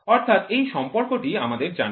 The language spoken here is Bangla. অর্থাৎ এই সম্পর্কটি আমাদের জানা